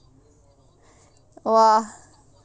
!wah!